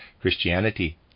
Christianity